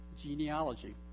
genealogy